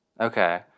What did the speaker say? Okay